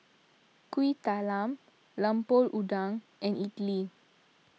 Kuih Talam Lemper Udang and Idly